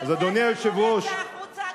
בגלל זה הציבור יצא החוצה הקיץ?